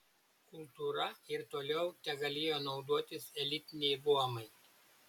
kultūra ir toliau tegalėjo naudotis elitiniai luomai